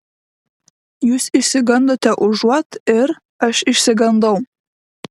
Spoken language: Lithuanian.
jūs išsigandote užuot ir aš išsigandau